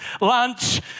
lunch